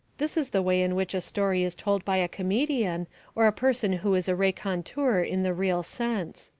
this is the way in which a story is told by a comedian or a person who is a raconteur in the real sense.